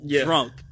Drunk